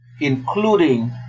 including